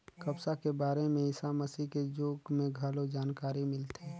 कपसा के बारे में ईसा मसीह के जुग में घलो जानकारी मिलथे